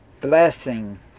blessing